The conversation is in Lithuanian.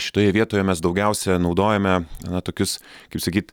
šitoje vietoje mes daugiausia naudojame na tokius kaip sakyt